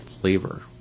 flavor